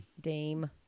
Dame